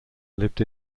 lived